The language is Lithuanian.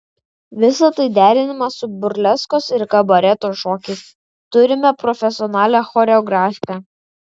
visa tai derinama su burleskos ir kabareto šokiais turime profesionalią choreografę